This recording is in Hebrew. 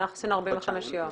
ואנחנו עשינו 45 יום.